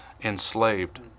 enslaved